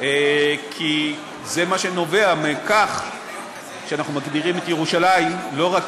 כי זה מה שנובע מכך שאנחנו מגדירים את ירושלים לא רק